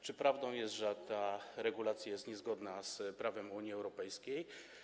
Czy prawdą jest, że ta regulacja jest niezgodna z prawem Unii Europejskiej?